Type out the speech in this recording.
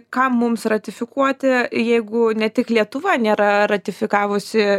kam mums ratifikuoti jeigu ne tik lietuva nėra ratifikavusi